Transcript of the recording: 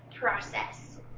process